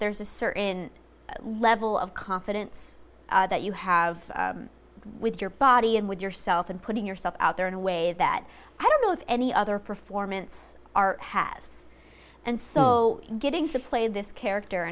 there's a certain level of confidence that you have with your body and with yourself and putting yourself out there in a way that i don't know if any other performance art has and so getting to play this character